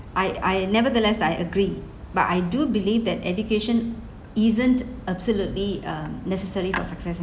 I I nevertheless I agree but I do believe that education isn't absolutely um necessary for success